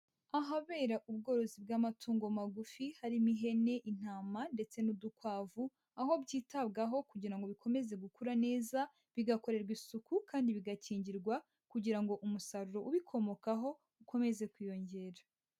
Ahabera ubworozi bw'amatungo magufi harimo: ihene, intama ndetse n'udukwavu, aho byitabwaho kugira ngo bikomeze gukura neza, bigakorerwa isuku kandi bigakingirwa, kugira ngo umusaruro ubikomokaho ukomeze kwiyongera.